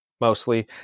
Mostly